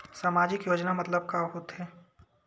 सामजिक योजना मतलब का होथे?